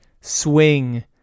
swing